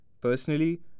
Personally